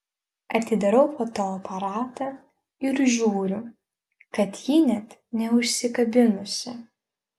atidarau fotoaparatą ir žiūriu kad ji net neužsikabinusi